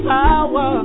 power